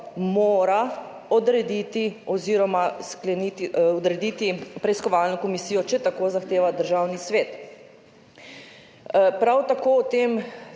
mora odrediti preiskovalno komisijo, če tako zahteva Državni svet. Prav tako o tem,